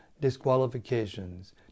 disqualifications